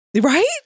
Right